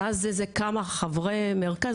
ואז כמה חברי מרכז,